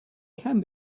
can